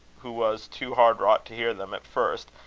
who was too hard-wrought to hear them at first,